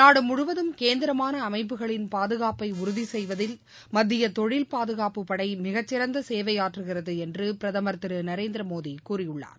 நாடு முழுவதும் கேந்திரமான அமைப்புகளின் பாதுகாப்பை உறுதிசெய்வதில் மத்திய தொழில் பாதுகாப்பு படை மிக சிறந்த சேவையாற்றுகிறது என்று பிரதமர் திரு நரேந்திரமோடி கூறியுள்ளார்